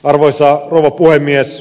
arvoisa rouva puhemies